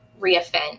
reoffend